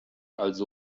also